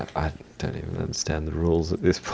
i don't even understand the rules at this